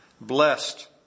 Blessed